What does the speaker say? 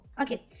Okay